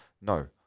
No